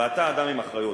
ואתה אדם עם אחריות,